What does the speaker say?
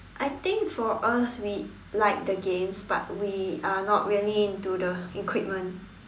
I think for us we like the games but we are not really into the equipment